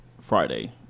Friday